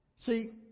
See